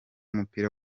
w’umupira